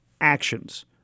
actions—